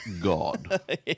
God